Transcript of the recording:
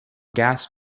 gas